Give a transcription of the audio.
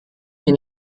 hier